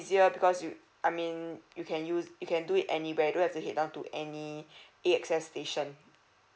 easier because you I mean you can use you can do it anywhere don't have to head down to any air access station